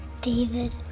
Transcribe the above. David